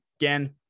again